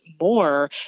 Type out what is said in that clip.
more